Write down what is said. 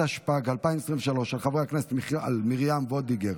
התשפ"ג 2022, של מיכל וולדיגר